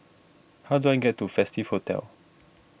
how do I get to Festive Hotel